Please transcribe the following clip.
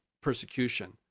persecution